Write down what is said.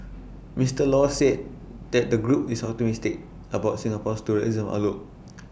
Mister law said that the group is optimistic about Singapore's tourism outlook